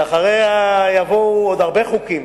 שאחריה יבואו עוד הרבה חוקים